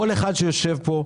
כל אחד שיושב כאן,